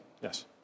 Yes